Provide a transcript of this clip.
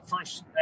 first